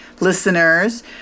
listeners